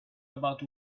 about